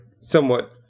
somewhat